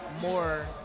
more